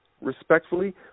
respectfully